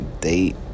date